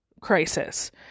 crisis